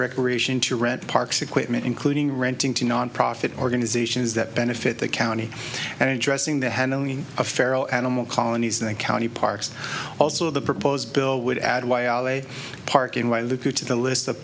recreation to rent parks equipment including renting to nonprofit organizations that benefit the county and addressing the handling of feral animal colonies and county parks also the proposed bill would add while a parking while loop through to the list